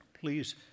Please